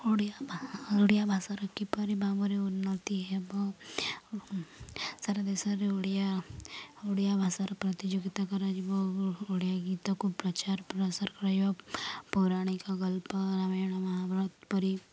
ଓଡ଼ିଆ ଓଡ଼ିଆ ଭାଷାର କିପରି ଭାବରେ ଉନ୍ନତି ହେବ ସାରା ଦେଶରେ ଓଡ଼ିଆ ଓଡ଼ିଆ ଭାଷାର ପ୍ରତିଯୋଗିତା କରାଯିବ ଓଡ଼ିଆ ଗୀତକୁ ପ୍ରଚାର ପ୍ରସାର କରାଯିବ ପୌରାଣିକ ଗଳ୍ପ ରାମାୟଣ ମହାଭାରତ ପରି